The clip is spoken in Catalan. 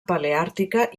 paleàrtica